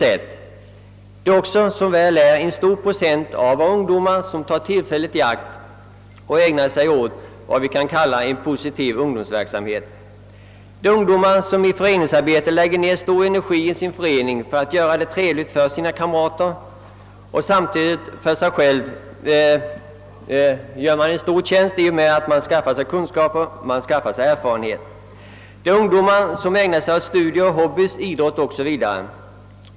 Som väl är tar också en stor procent av våra ungdomar tillfället i akt och ägnar sig åt positiv ungdomsverksamhet. Många ungdomar lägger i föreningslivet ned mycket arbete för att göra det trevligt för sina kamrater, samtidigt som de gör sig själva en stor tjänst genom att skaffa sig kunskaper och erfarenheter. Det är ungdomar som ägnar sig åt studier, hobbies, idrott o.s.v.